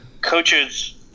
coaches